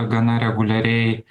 gana reguliariai